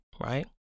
right